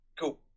Cool